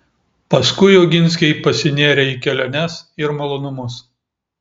paskui oginskiai pasinėrė į keliones ir malonumus